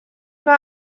mae